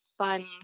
fun